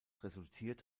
resultiert